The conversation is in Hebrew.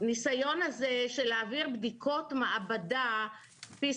הניסיון הזה של להעביר בדיקות מעבדה PCR,